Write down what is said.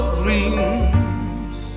dreams